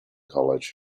college